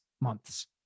months